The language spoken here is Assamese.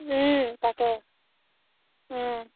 তাকে